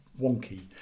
wonky